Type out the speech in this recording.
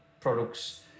products